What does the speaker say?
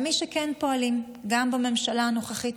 למי שכן פועלים גם בממשלה הנוכחית.